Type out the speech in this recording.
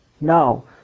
No